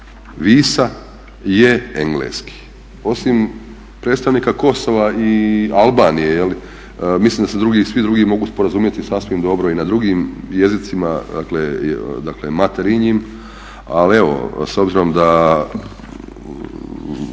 WISE-a je engleski. Osim predstavnika Kosova i Albanije mislim da se svi drugi mogu sporazumjeti sasvim dobro i na drugim jezicima, dakle materinjim. Ali evo s obzirom da